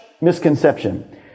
misconception